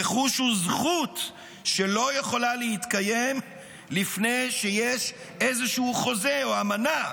רכוש הוא זכות שלא יכולה להתקיים לפני שיש איזשהו חוזה או אמנה.